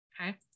Okay